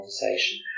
conversation